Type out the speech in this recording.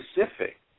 specific